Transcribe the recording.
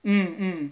mm mm